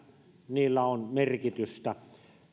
niillä on merkitystä